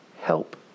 Help